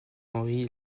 henry